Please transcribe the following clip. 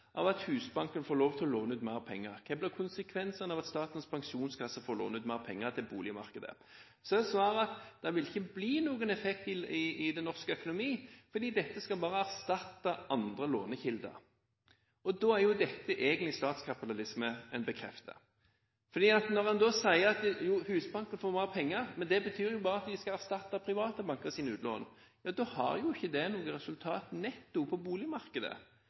av at Husbanken får lov til å låne ut mer penger, hva konsekvensene blir av at Statens pensjonskasse får låne ut mer penger til boligmarkedet, er svaret at det vil ikke bli noen effekt i norsk økonomi, for dette skal bare erstatte andre lånekilder. Da er det jo egentlig statskapitalisme en bekrefter, for når en sier at Husbanken får mer penger, men at det bare betyr at de skal erstatte private bankers utlån, har jo ikke det noe resultat, netto, på boligmarkedet.